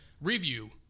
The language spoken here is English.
review